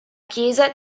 chiesa